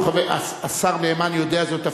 השר נאמן יודע זאת,